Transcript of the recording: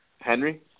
Henry